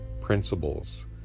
principles